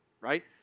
right